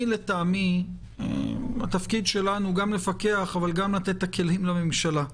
לטעמי התפקיד שלנו הוא לפקח אבל גם לתת את הכלים לממשלה.